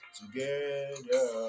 together